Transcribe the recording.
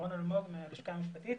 רון אלמוג מהלשכה המשפטית,